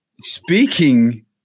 Speaking